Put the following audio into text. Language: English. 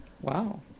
Wow